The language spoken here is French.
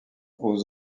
aux